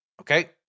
Okay